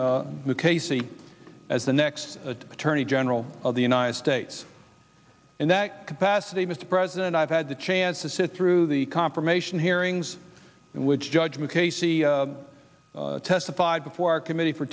the casey as the next attorney general of the united states in that capacity mr president i've had the chance to sit through the car formation hearings in which judgment casey testified before our committee for